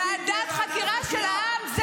ועדת חקירה של העם.